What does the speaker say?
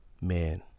man